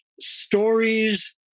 stories